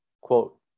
quote